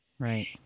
Right